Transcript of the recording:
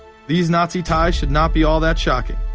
these nazi ties should not be all that shocking,